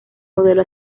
modelo